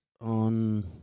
on